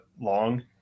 long